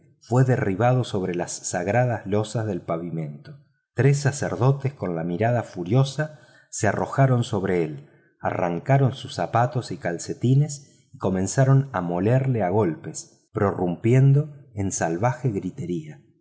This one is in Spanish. fue derribado sobre las sagradas losas del pavimento tres sacerdotes con mirada furiosa se arrojaron sobre él le arrancaron zapatos y calcetines y comenzaron a molerlo a golpes prorrumpiendo en salvaje gritería